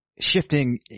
shifting